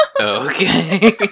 Okay